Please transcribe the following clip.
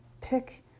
pick